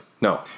No